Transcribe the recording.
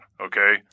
Okay